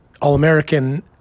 all-American